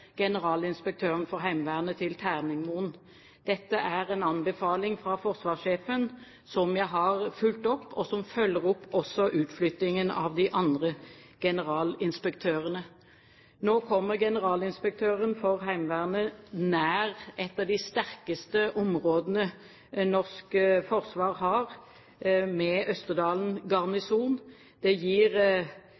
Dette er en anbefaling fra forsvarssjefen, som jeg har fulgt opp, og følger også opp utflyttingen av de andre generalinspektørene. Nå kommer generalinspektøren for Heimevernet nær et av de sterkeste områdene norsk forsvar har, med Østerdalen